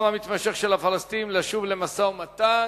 המתמשך של הפלסטינים לשוב למשא-ומתן,